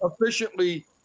efficiently